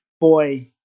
boy